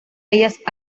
ellas